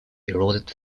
eroded